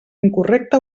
incorrecte